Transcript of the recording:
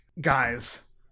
guys